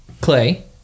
clay